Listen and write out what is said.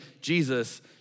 Jesus